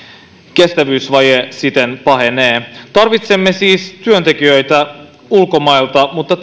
kestävyysvaje siten pahenee tarvitsemme siis työntekijöitä ulkomailta mutta